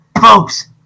folks